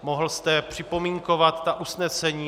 Mohl jste připomínkovat usnesení.